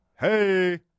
Hey